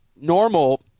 normal